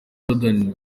jordan